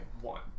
one